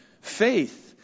faith